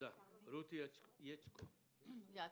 רותי יצקן,